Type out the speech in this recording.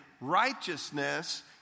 righteousness